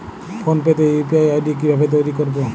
Phone pay তে UPI ID কি ভাবে তৈরি করবো?